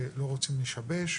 ולא רוצים לשבש.